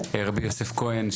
רבי יוסף כהן,